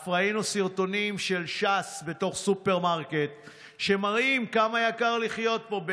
ואף ראינו סרטונים של ש"ס בתוך סופרמרקט שמראים כמה יקר לחיות פה.